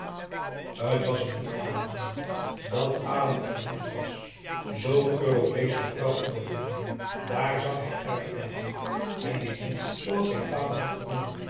t was hem niet aangenaam dat adam verliefd was zoo'n europeesche vrouw in de familie daar zag hij erg tegen op hij deed net zooals zijn vader had gedaan